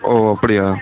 ஓ அப்படியா